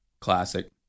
Classic